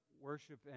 worship